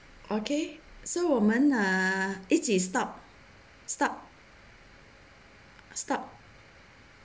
一起 stop stop stop